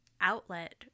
outlet